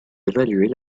évaluer